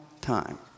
time